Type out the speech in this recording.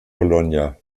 bologna